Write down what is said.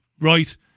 Right